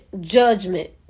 judgment